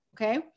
okay